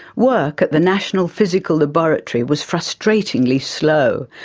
work at the national physical laboratory was frustratingly slow.